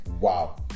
Wow